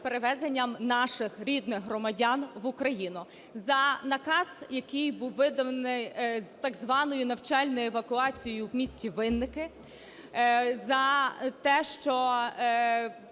перевезенням наших рідних громадян в Україну? За наказ, який був виданий з так званої навчальної евакуації в місті Винники за те, що